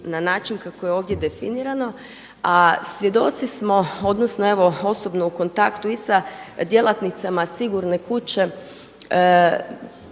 na način kako je ovdje definirano. A svjedoci smo odnosno evo u kontaktu i sa djelatnicama sigurne kuće